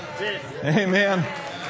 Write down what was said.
Amen